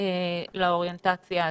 לאוריינטציה הזאת.